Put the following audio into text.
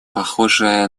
похожее